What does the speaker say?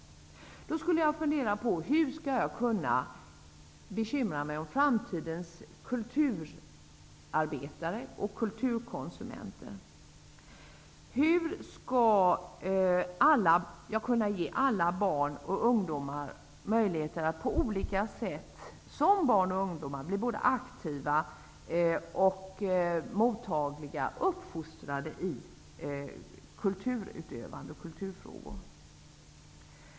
Jag skulle fundera på hur jag skulle kunna gynna framtidens kulturarbetare och kulturkonsument. Hur skulle jag kunna ge alla barn och ungdomar möjligheter att på olika sätt bli både aktiva och mottagliga och uppfostrade i kulturutövande och kulturfrågor?